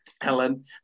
Helen